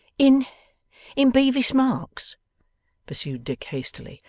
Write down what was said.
in in bevis marks pursued dick hastily.